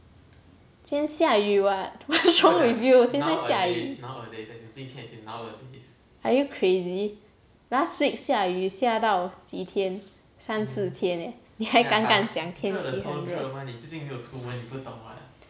今天下雨 what what's wrong with you 现在下雨 are you crazy last week 下雨下到几天三四天 leh 你还敢敢讲天气很热